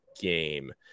game